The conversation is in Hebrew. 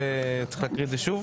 צריך להקריא את זה שוב?